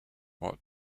what